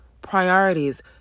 priorities